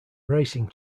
racing